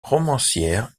romancière